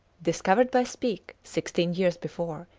discovered by speke sixteen years before,